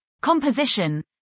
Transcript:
composition